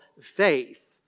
faith